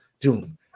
Doom